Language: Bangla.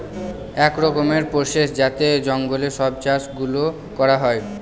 এক রকমের প্রসেস যাতে জঙ্গলে সব চাষ গুলো করা হয়